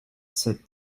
said